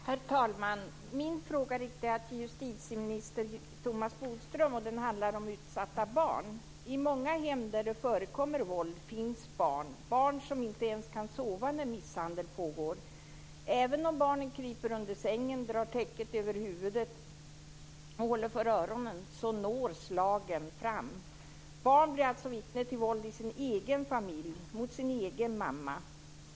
Herr talman! Min fråga riktar jag till justitieminister Thomas Bodström. Den handlar om utsatta barn. I många hem där det förekommer våld finns barn - barn som inte ens kan sova när misshandel pågår. Även om barnen kryper under sängen, drar täcker över huvudet eller håller för öronen når slagen fram. Barn blir alltså vittne till våld i sin egen familj, mot sin egen mamma.